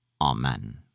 amen